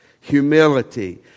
Humility